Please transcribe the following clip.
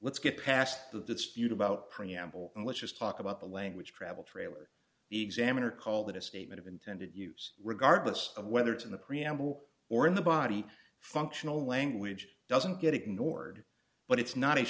let's get past the dispute about preamble let's just talk about the language travel trailer the examiner call that a statement of intended use regardless of whether it's in the preamble or in the body functional language doesn't get ignored but it's not a